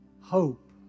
hope